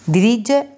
Dirige